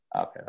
Okay